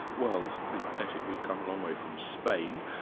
well philip pettit, we've come a long way from spain,